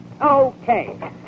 Okay